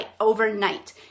overnight